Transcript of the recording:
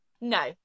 no